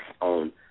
on